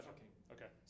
Okay